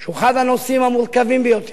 שהוא אחד הנושאים המורכבים ביותר,